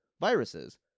viruses